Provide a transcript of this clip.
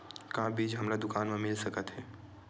का बीज हमला दुकान म मिल सकत हे?